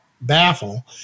baffle